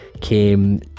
came